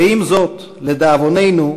ועם זאת, לדאבוננו,